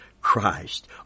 Christ